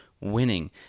winning